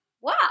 wow